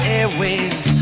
Airways